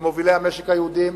עם מובילי המשק היהודים,